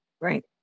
Right